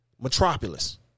Metropolis